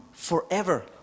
forever